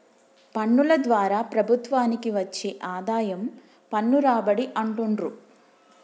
పన్నుల ద్వారా ప్రభుత్వానికి వచ్చే ఆదాయం పన్ను రాబడి అంటుండ్రు